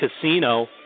Casino